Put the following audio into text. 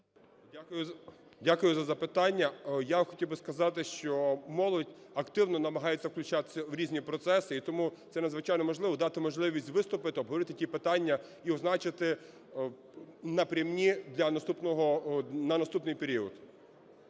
Дякую за запитання. Я хотів би сказати, що молодь активно намагається включатися в різні процеси. І тому це надзвичайно важливо – дати можливість виступити, обговорити ті питання і означити напрями на наступний період.